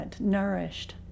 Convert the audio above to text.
nourished